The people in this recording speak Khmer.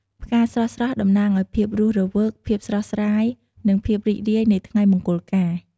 ផ្កាស្រស់ៗតំណាងឱ្យភាពរស់រវើក ភាពស្រស់ស្រាយ និងភាពរីករាយនៃថ្ងៃមង្គលការ។